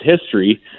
history